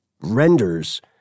renders